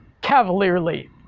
cavalierly